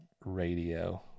radio